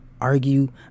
argue